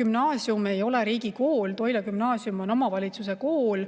Gümnaasium ei ole riigikool, Toila Gümnaasium on omavalitsuse kool